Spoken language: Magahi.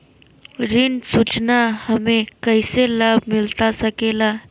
ऋण सूचना हमें कैसे लाभ मिलता सके ला?